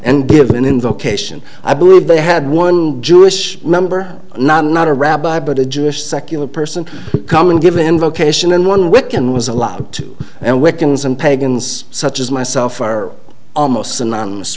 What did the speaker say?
and give an indication i believe they had one jewish member not not a rabbi but a jewish secular person come in given vocation and one wiccan was allowed to and wiccans and pagans such as myself are almost synonymous